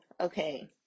okay